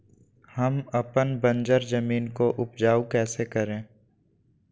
हम अपन बंजर जमीन को उपजाउ कैसे करे?